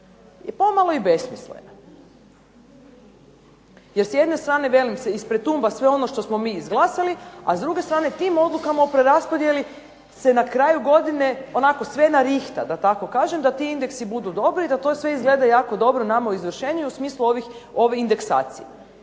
je pomalo i besmislena. Jer s jedne strane velim ispretumba sve ono što smo mi izglasali, a s druge strane tim odlukama o preraspodjeli se na kraju godine se sve narihta da tako kažem da ti indeksi budu dobri i da to sve izgleda jako dobro nama u izvršenju u smislu ove indeksacije.